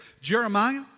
Jeremiah